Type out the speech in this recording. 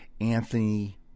Anthony